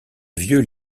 vieux